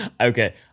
Okay